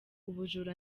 ubujura